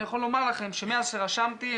אני יכול לומר לכם שמאז שרשמתי,